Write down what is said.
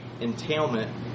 entailment